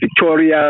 Victoria